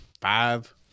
five